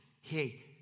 Hey